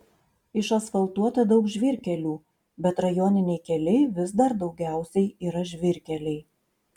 išasfaltuota daug žvyrkelių bet rajoniniai keliai vis dar daugiausiai yra žvyrkeliai